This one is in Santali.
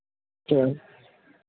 ᱡᱚᱦᱟᱨ